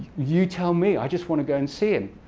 you tell me. i just want to go and see him.